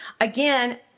again